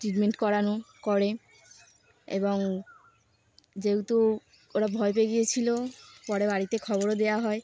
treatment করানো করে এবং যেহেতু ওরা ভয় পেয়ে গিয়েছিলো পরে বাড়িতে খবরও দেওয়া হয়